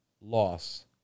loss